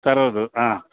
ತರೋದು ಹಾಂ